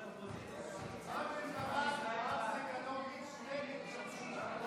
התקבלה בקריאה הטרומית ותעבור